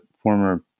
former